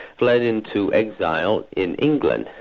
fled into exile in england.